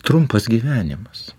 trumpas gyvenimas